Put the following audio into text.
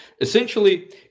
essentially